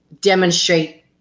demonstrate